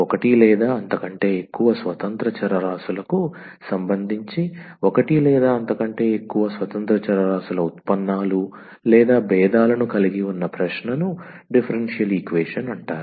ఒకటి లేదా అంతకంటే ఎక్కువ స్వతంత్ర చరరాశులకు సంబంధించి ఒకటి లేదా అంతకంటే ఎక్కువ స్వతంత్ర చరరాశుల ఉత్పన్నాలు లేదా భేదాలను కలిగి ఉన్న ప్రశ్నను డిఫరెన్షియల్ ఈక్వేషన్ అంటారు